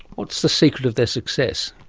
what's the secret of their success?